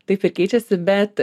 taip ir keičiasi bet